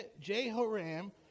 Jehoram